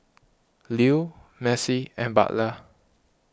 Lew Mercy and Butler